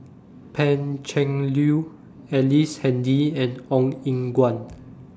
Pan Cheng Lui Ellice Handy and Ong Eng Guan